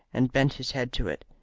and bent his head to it.